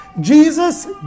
Jesus